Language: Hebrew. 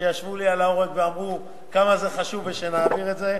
שישבו לי על העורק ואמרו כמה זה חשוב ושנעביר את זה.